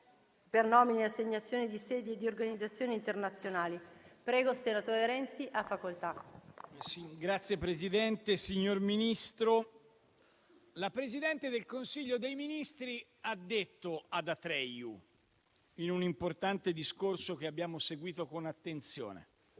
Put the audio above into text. la Presidente del Consiglio dei ministri ha detto ad Atreju, in un importante discorso che abbiamo seguito con attenzione,